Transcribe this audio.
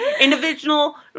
Individual